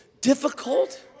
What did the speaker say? difficult